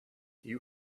you